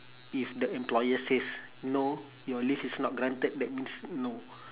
if the employer says no your leave is not granted that means no